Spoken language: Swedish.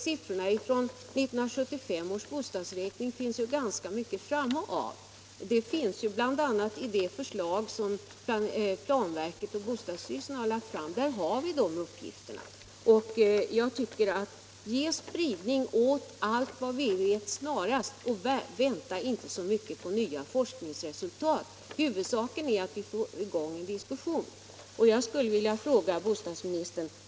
1975 års folkoch bostadsräkning ger oss en hel del material. Bl. a. i det förslag som planverket och bostadsstyrelsen lagt fram har vi de uppgifterna. Ge spridning åt allt vad vi vet genast och vänta inte så mycket på nya forskningsresultat! Huvudsaken är att vi får i gång en diskussion.